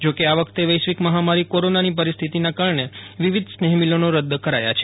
જોકે આ વખતે વૈશ્વિક મફામારી કોરોનાની પરિસ્થિતિના કારણે વિવિધ સ્નેહમિલનો રદ્દ કરાયા છે